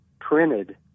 printed